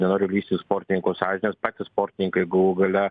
nenoriu lįsti į sportininkų sąžines patys sportininkai galų gale